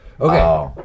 Okay